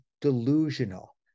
delusional